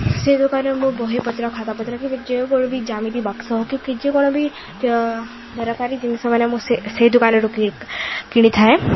ସେଇ ଦୋକାନରୁ ମୁଁ ବହି ପତ୍ର ଖାତାପତ୍ର କି ଯେଉଁ ବି ଜ୍ୟାମିତି ବାକ୍ସ ହଉ କି ଯେକୌଣସି ବି ଦରକାରୀ ଜିନିଷ ମାନ ମୁଁ ସେ ସେଇ ଦୋକାନରୁ କି କିଣିଥାଏ